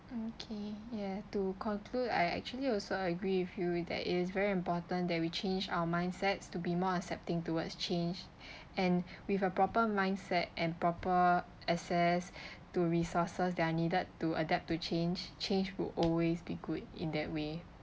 okay ya to conclude I actually also agree with you that it's very important that we change our mindsets to be more accepting towards change and with a proper mindset and proper access to resources that are needed to adapt to change change would always be good in that way